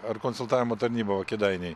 ar konsultavimo tarnyba o kėdainiai